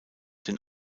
den